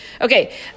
Okay